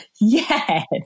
yes